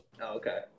Okay